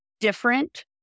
different